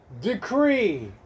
decree